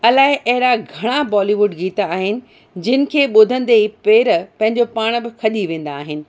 अलाए अहिड़ा घणा बॉलीवुड गीत आहिनि जंहिंखें ॿुधंदे पेरु पंहिजो पाण बि खॼी वेंदा आहिनि